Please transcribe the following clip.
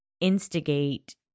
instigate